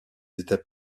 étaient